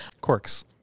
quirks